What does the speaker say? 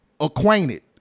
acquainted